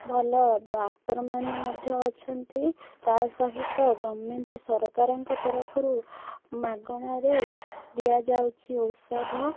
ଭଲ ଡାକ୍ତରମାନେ ମଧ୍ୟ ଅଛନ୍ତି ତା'ସହିତ ଗଭର୍ନମେଣ୍ଟ ସରକାରଙ୍କ ତରଫରୁ ମାଗଣାରେ ଦିଆଯାଉଛି ଔଷଧ